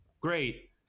great